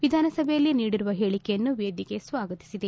ವಿಧಾನಸಭೆಯಲ್ಲಿ ನೀಡಿರುವ ಹೇಳಿಕೆಯನ್ನು ವೇದಿಕೆ ಸ್ವಾಗತಿಸಿದೆ